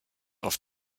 auf